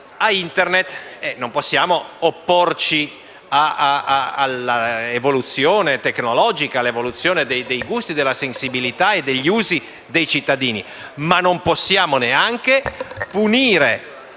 Non possiamo opporci all'evoluzione tecnologica, dei gusti, della sensibilità e degli usi dei cittadini, ma non possiamo neanche punire